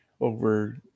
Over